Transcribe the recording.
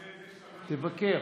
תבקר.